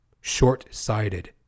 Short-sighted